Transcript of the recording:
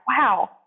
wow